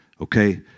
okay